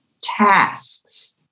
tasks